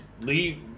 leave